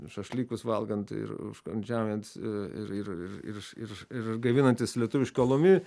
šašlykus valgant ir užkandžiaujant ir ir ir ir ir ir gaivinantis lietuvišku alumi